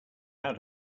how